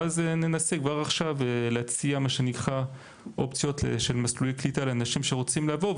ואז ננסה כבר עכשיו להציע מסלולי קליטה לאנשים שרוצים לבוא,